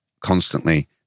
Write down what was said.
constantly